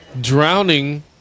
drowning